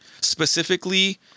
specifically